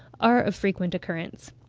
are of frequent occurrence.